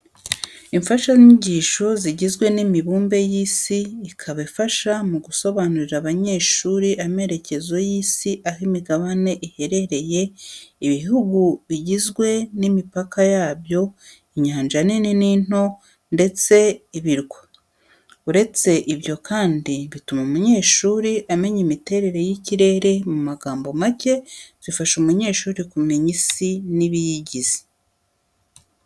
Imfashanyigisho zigizwe n'imibumbe y'Isi ibiri. Ikaba ifasha mu gusobanurira abanyeshuri amerekezo y'Isi aho imigabane iherereye, ibihugu bigizwe n'imipaka yabyo, inyanja nini n'into ndetse ibirwa. Uretse ibyo kandi, bituma umunyeshuri amenya imiterere y'ikirere, mu magambo macye zifasha umunyeshuri kumenya Isi n'ibiyigize.